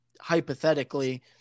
hypothetically